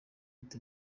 uti